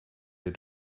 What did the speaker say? der